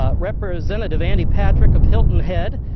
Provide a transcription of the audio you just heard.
ah representative andy patrick of hilton head,